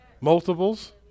multiples